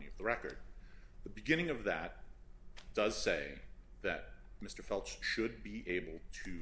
you record the beginning of that does say that mr felt should be able to